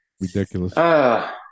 ridiculous